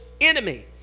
enemy